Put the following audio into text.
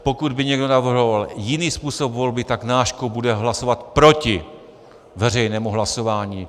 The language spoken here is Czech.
Pokud by někdo navrhoval jiný způsob volby, tak náš klub bude hlasovat proti veřejnému hlasování.